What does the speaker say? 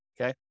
Okay